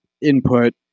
input